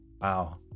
Wow